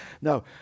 No